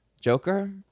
Joker